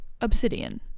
obsidian